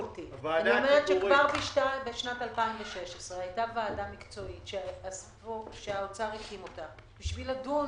כבר ב-2016 היתה ועדה מקצועית שהאוצר הקים אותה כדי לדון